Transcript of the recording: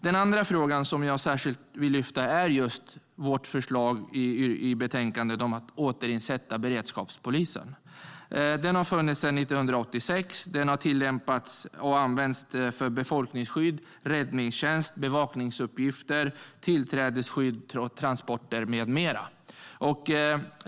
Den andra frågan som jag särskilt vill lyfta fram är vårt förslag i betänkandet om att återinsätta beredskapspolisen. Den har funnits sedan 1986 och tillämpats och använts för befolkningsskydd, räddningstjänst, bevakningsuppgifter, tillträdesskydd, transporter med mera.